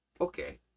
okay